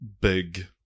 big